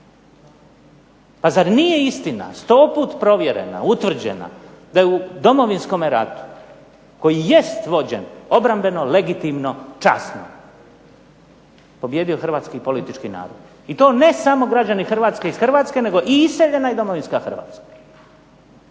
Pa zar nije istina, stoput provjerena, utvrđena, da u Domovinskome ratu koji jest vođen obrambeno, legitimno, časno, pobijedio hrvatski politički narod, i to ne samo građani Hrvatske iz Hrvatske, nego i iseljena i domovinska Hrvatska.